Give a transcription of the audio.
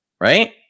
right